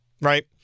right